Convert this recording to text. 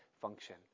function